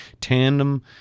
tandem